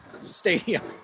Stadium